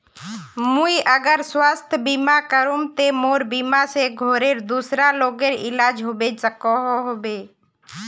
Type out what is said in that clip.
मुई अगर स्वास्थ्य बीमा करूम ते मोर बीमा से घोरेर दूसरा लोगेर इलाज होबे सकोहो होबे?